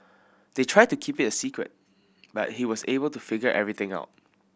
they tried to keep it a secret but he was able to figure everything out